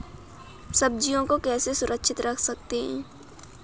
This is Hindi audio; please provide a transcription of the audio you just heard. सब्जियों को कैसे सुरक्षित रख सकते हैं?